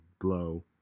blow